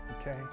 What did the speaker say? okay